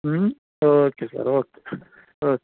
ಹ್ಞೂ okay sir okay okay